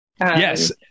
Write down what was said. Yes